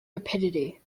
rapidity